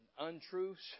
untruths